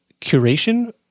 curation